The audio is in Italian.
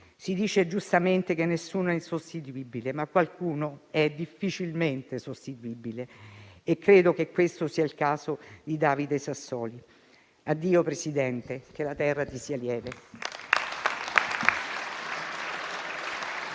Si dice giustamente che nessuno è insostituibile, ma qualcuno è difficilmente sostituibile e credo che questo sia il caso di David Sassoli. Addio, Presidente, che la terra ti sia lieve.